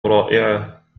رائعة